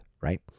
right